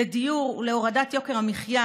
לדיור ולהורדת יוקר המחיה